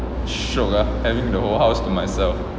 shiok ah having the whole house to myself